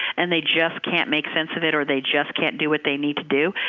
and they just can't make sense of it, or they just can't do what they need to do.